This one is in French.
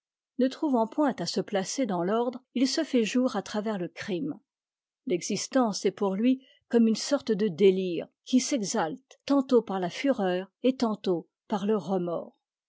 ne trouvant point à se placer dans l'ordre il se fait jour à travers le crime l'existence est pour lui comme une sorte de délire qui s'exalte tantôt par la fureur et tantôt par le remords